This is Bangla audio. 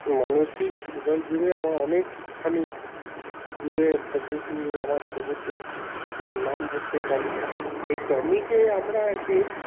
মানসিক হৃদয় জুড়ে আমার অনেকখানি জুড়ে পশুটি আমার কুকুরটি যার নাম হচ্ছে টমি এই টমিকে আমরা একদিন